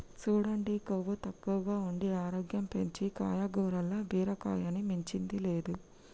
సూడండి కొవ్వు తక్కువగా ఉండి ఆరోగ్యం పెంచీ కాయగూరల్ల బీరకాయని మించింది లేదు